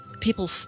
people